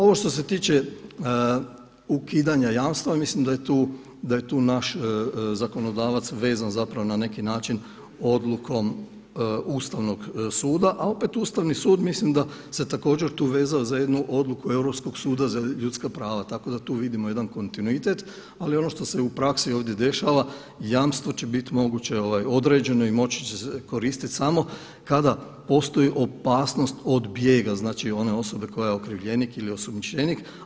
Ovo što se tiče ukidanja jamstva, mislim da je tu naš zakonodavac vezan zapravo na neki način odlukom ustavnog suda a opet Ustavni sud mislim da se također tu vezano za jednu odluku Europskog suda za ljudska prava, tako da tu vidimo jedan kontinuitet ali ono što se u praksi ovdje dešava, jamstvo će biti moguće određeno i moći će se koristiti samo kada postoji opasnost od bijega, znači one osobe koja je okrivljenik ili osumnjičenik.